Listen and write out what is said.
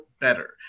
better